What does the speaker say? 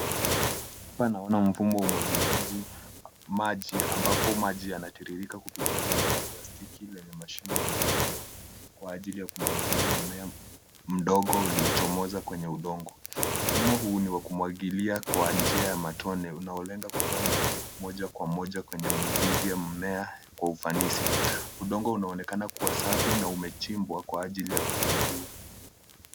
Hapa naona mfumo wa umwagiliaji maji ambapo maji yanatiririka kupitia bomba la plastiki lenye mashimo madogo madogo kwa ajili ya kumwagilia mmea mdogo uliochomoza kwenye udongo. Mfumo huu ni wa kumwagilia kwa njia ya matone unaolenga kutoa maji moja kwa moja kwenye mizizi ya mmea kwa ufanisi. Udongo unaonekana kuwa safi na umechimbwa kwa ajili ya kupandia.